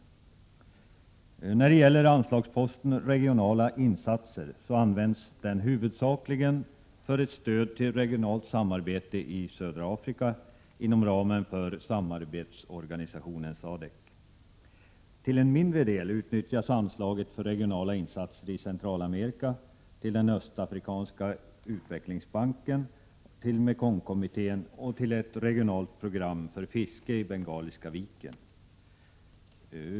Anslagsposten ”Regionala insatser” syftar huvudsakligen till att stödja regionalt samarbete i södra Afrika inom ramen för samarbetsorganisationen SADCOC. Till en mindre del utnyttjas anslaget för regionala insatser i Centralamerika, till den Östafrikanska utvecklingsbanken, till Mekongkommittén och till ett regionalt program för fiske i Bengaliska viken.